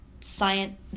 science –